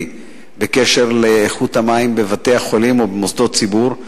בקשר לאיכות המים בבתי-החולים ובמוסדות ציבור.